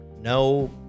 No